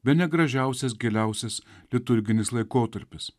bene gražiausias giliausias liturginis laikotarpis